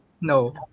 No